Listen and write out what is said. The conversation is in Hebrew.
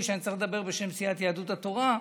שאני צריך לדבר בשם סיעת יהדות התורה,